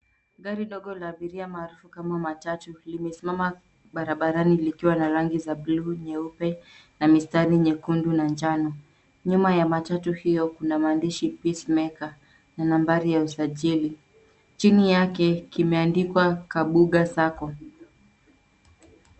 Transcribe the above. Gari dogo la abiria maarufu kama matatu limesimama barabarani likiwa na rangi za buluu, nyeupe na mistari ya nyekundu na njano. Nyuma ya matatu hiyo kuna maandishi Peacemaker na nambari ya usajili. Chini yake kimeandikwa Kabuga Sacco.